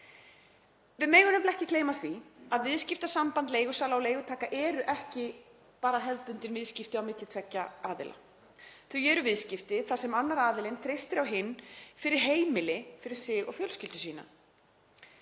Við megum nefnilega ekki gleyma því að viðskiptasamband leigusala og leigutaka er ekki bara hefðbundin viðskipti á milli tveggja aðila. Það eru viðskipti þar sem annar aðilinn treystir á hinn fyrir heimili fyrir sig og fjölskyldu sína.